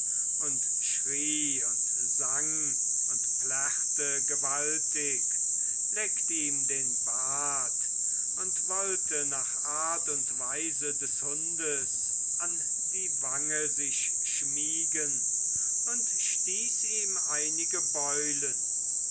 und schrie und sang und plärrte gewaltig leckt ihm den bart und wollte nach art und weise des hundes an die wange sich schmiegen und stieß ihm einige beulen